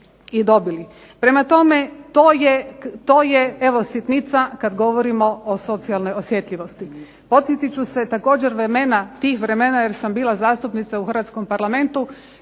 i dobili. Prema tome, to je evo sitnica kad govorimo o socijalnoj osjetljivosti. Podsjetit ću se također tih vremena jer sam bila zastupnica u Hrvatskom parlamentu